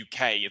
UK